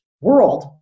world